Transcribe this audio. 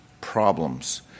Problems